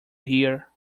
hear